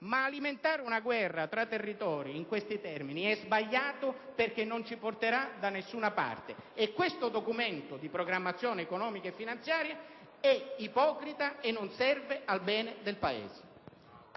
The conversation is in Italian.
ma alimentare una guerra tra territori in questi termini è sbagliato perché non ci porterà da nessuna parte. Questo Documento di programmazione economica e finanziaria è ipocrita e non serve al bene del Paese.